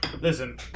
Listen